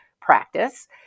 practice